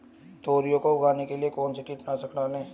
तोरियां को उगाने के लिये कौन सी कीटनाशक डालें?